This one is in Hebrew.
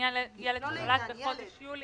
לעניין ילד שנולד בחודש יולי"